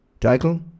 title